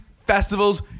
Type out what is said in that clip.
festivals